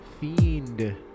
fiend